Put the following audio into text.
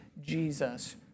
Jesus